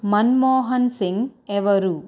మన్మోహన్ సింగ్ ఎవరు